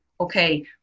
okay